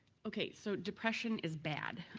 okay, so depression is bad.